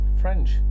French